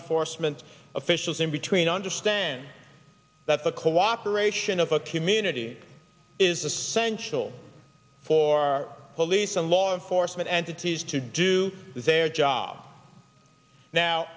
enforcement officials in between understand that the cooperation of a community is essential for police and law enforcement entities to do their job now